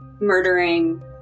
murdering